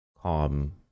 calm